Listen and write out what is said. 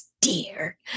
dear